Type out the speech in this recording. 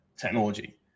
technology